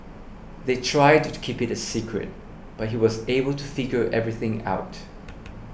they tried to keep it a secret but he was able to figure everything out